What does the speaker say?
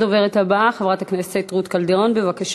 הדוברת הבאה, חברת הכנסת רות קלדרון, בבקשה.